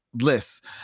List